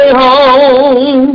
home